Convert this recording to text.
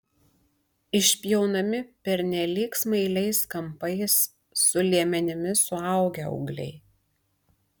išpjaunami pernelyg smailiais kampais su liemenimis suaugę ūgliai